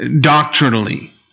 doctrinally